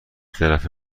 طرفه